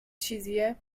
چیزیه